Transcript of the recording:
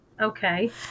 Okay